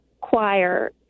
choir